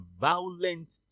violent